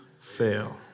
fail